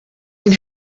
can